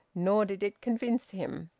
nor did it convince him.